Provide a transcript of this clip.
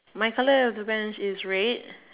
my colour of the Vans is red